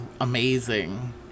amazing